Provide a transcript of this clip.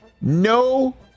no